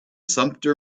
sumpter